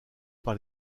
par